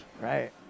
Right